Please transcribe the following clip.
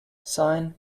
sine